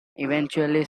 eventually